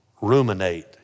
ruminate